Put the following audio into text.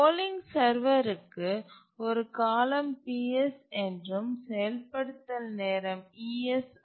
polling server த்திற்கு ஒரு காலம் Ps என்றும் செயல்படுத்தல் நேரம் es